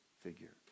figure